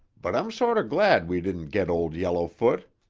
but i'm sort of glad we didn't get old yellowfoot.